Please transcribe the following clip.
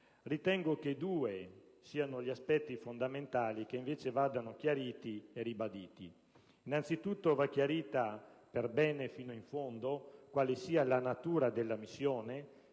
Ritengo che due siano gli aspetti fondamentali che invece vanno ribaditi e chiariti. Innanzitutto va chiarita per bene e fino in fondo quale sia la natura della missione,